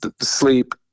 sleep